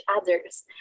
others